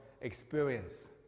experience